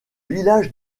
village